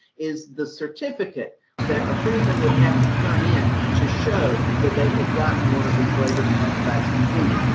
is the certificate that a freedman would have to turn in to show that they had gotten one of these labor contracts concluded.